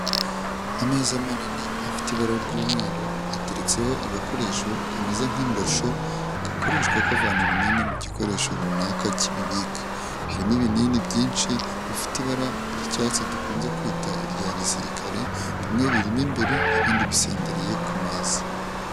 Ameza manini afite ibara ry'umweru ateretseho agakoresho kameze nk'indosho gakoreshwa kavana ibinini mu gikoresho runaka kibibika, hari n'ibinini byinshi bifite ibara ry'icyatsi dukunze kwita irya gisirikare bimwe birimo imbere ibindi bisendereye ku meza.